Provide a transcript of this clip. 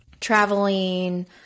traveling